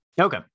Okay